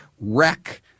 wreck